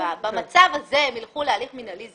במצב הזה הם ילכו להליך מינהלי.